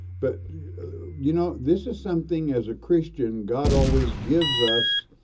but you know, this is something as a christian, god always gives us